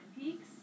Peaks